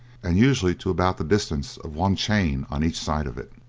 and usually to about the distance of one chain on each side of it.